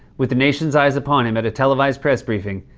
with the nation's eyes upon him at a televised press briefing,